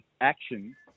action